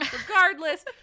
Regardless